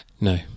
no